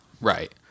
Right